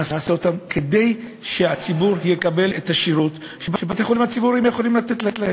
כדי שהציבור יקבל את השירות שבתי-החולים הציבוריים יכולים לתת לו.